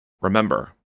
Remember